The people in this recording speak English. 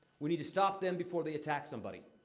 we need to stop them before they attack somebody.